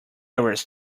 areas